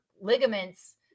ligaments